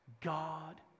God